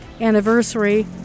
anniversary